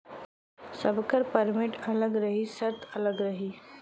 सबकर परमिट अलग रही सर्त अलग रही